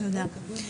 תודה.